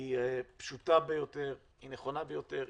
היא פשוטה ביותר, היא נכונה ביותר.